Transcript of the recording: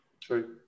True